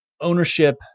ownership